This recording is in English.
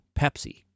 Pepsi